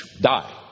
die